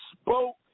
spoke